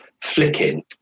flicking